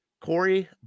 Corey